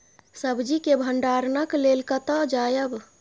सब्जी के भंडारणक लेल कतय जायब?